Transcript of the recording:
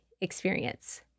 experience